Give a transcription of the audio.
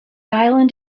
island